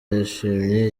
yashimye